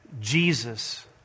Jesus